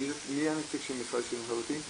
מי הנציג של המשרד לשוויון חברתי?